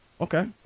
Okay